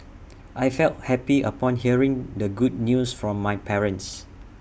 I felt happy upon hearing the good news from my parents